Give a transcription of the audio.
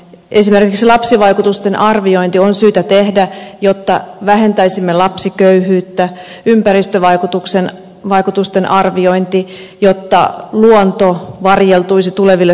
esimerkiksi on syytä tehdä lapsivaikutusten arviointi jotta vähentäisimme lapsiköyhyyttä ja ympäristövaikutusten arviointi jotta luonto varjeltuisi tuleville sukupolville